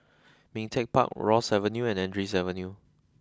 Ming Teck Park Rosyth Avenue and Andrews Avenue